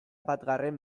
batgarren